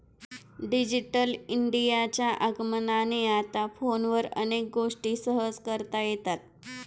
digital इंडियाच्या आगमनाने आता फोनवर अनेक गोष्टी सहज करता येतात